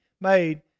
made